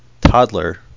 toddler